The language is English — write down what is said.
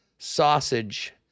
sausage